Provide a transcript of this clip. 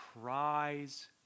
prize